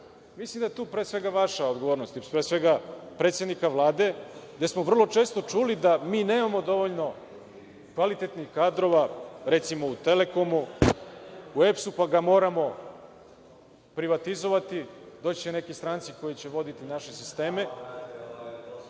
da je tu, pre svega, vaša odgovornost, pre svega predsednika Vlade, jer smo vrlo često čuli da mi nemamo dovoljno kvalitetnih kadrova, recimo u „Telekomu“, u EPS-u, pa ga moramo privatizovati, doći će neki stranci koji će voditi naše sisteme,